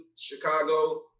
Chicago